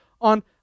on